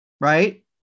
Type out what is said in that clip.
right